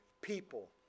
people